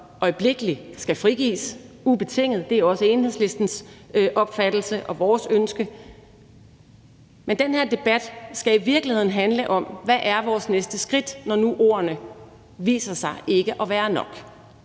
øjeblikkelig skal frigives, ubetinget. Det er også Enhedslistens opfattelse og vores ønske. Men den her debat skal i virkeligheden handle om, hvad vores næste skridt er, når nu ordene viser sig ikke at være nok.